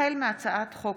החל בהצעת חוק